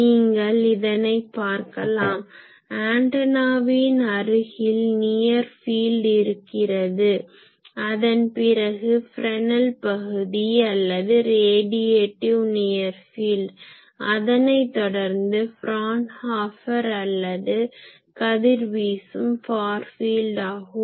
நீங்கள் இதனை பார்க்கலாம் ஆன்டனாவின் அருகில் நியர் ஃபீல்ட் இருக்கிறது அதன் பிறகு ஃப்ரெஸ்னல் பகுதி அல்லது ரேடியேட்டிவ் நியர் ஃபீல்ட் அதனை தொடர்ந்து ஃப்ரான்ஹாஃபர் அல்லது கதிர்வீசும் ஃபார் ஃபீல்ட் ஆகும்